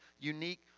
unique